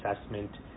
assessment